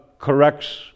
corrects